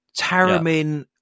Taramin